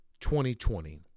2020